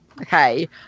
Okay